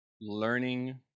learning